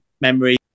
memory